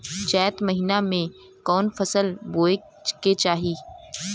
चैत महीना में कवन फशल बोए के चाही?